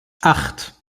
acht